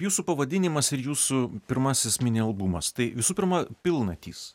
jūsų pavadinimas ir jūsų pirmasis mini albumas tai visų pirma pilnatys